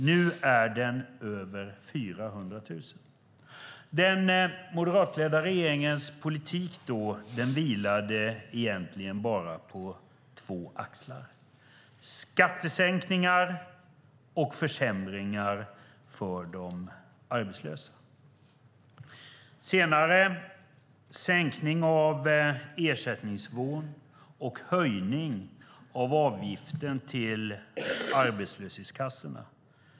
Nu är den över 400 000. Den moderatledda regeringens politik vilade egentligen på bara två axlar, skattesänkningar och försämringar för de arbetslösa. Senare gjordes en sänkning av ersättningsnivån och en höjning av avgiften till arbetslöshetskassorna.